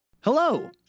Hello